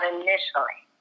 initially